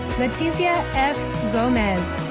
letitia f gomez.